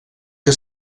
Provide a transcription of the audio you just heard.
que